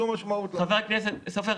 שום משמעות --- שום משמעות.